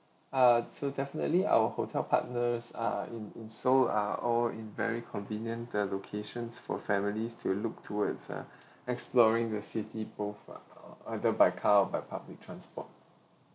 uh so definitely our hotel partners are in in seoul are all in very convenient uh locations for families to look toward uh exploring the city both uh either by car or by public transport